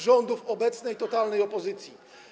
rządów obecnej totalnej opozycji.